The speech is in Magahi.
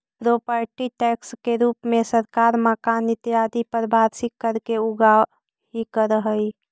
प्रोपर्टी टैक्स के रूप में सरकार मकान इत्यादि पर वार्षिक कर के उगाही करऽ हई